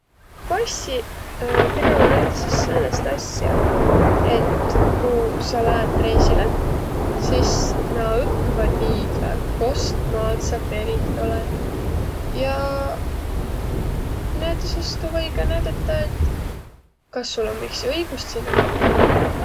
Passiq tegeväq näütüses säänest asja, et kuq sa läät reisile, sis na õkva tiidvä, et kost maalt sa perit olõt. Jaa näütüses tuu või ka näüdätä, et kas sul om iks õigust sinnäq maalõ minnäq.